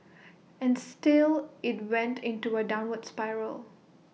and still IT went into A downward spiral